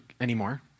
anymore